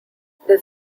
this